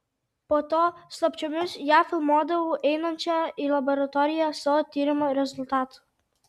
po to slapčiomis ją filmuodavau einančią į laboratoriją savo tyrimo rezultatų